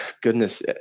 goodness